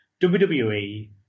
WWE